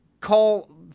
call